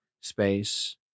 space